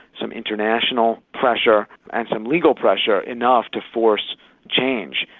some international pressure and some legal pressure, enough to force change,